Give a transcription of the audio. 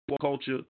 Culture